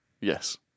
Yes